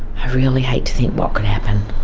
i really hate to think what could happen.